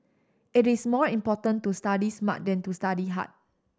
it is more important to study smart than to study hard